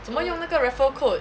怎么用那个 referral code